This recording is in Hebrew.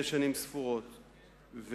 שנים ספורות.